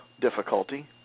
difficulty